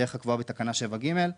בדרך הקבועה בתקנה 7(ג),